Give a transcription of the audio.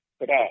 today